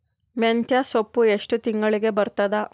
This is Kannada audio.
ಮೆಂತ್ಯ ಸೊಪ್ಪು ಎಷ್ಟು ತಿಂಗಳಿಗೆ ಬರುತ್ತದ?